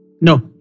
No